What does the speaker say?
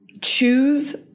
choose